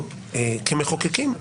גם על ידי מומחים פה.